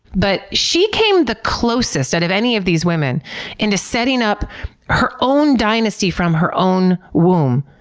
but she came the closest out of any of these women into setting up her own dynasty from her own womb,